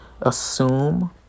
assume